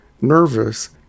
Nervous